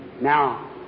now